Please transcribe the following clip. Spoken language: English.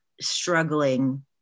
struggling